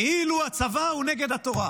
כאילו הצבא הוא נגד התורה.